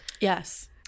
Yes